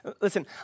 listen